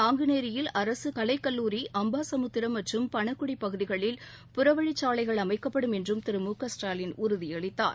நாங்குநேரியில் அரசு கலைக்கல்லூரி அம்பாசமுத்திரம் மற்றும் பனகுடி பகுதிகளில் புறவழிச்சாலைகள் அமைக்கப்படும் என்றும் திரு மு க ஸ்டாலின் உறுதியளித்தார்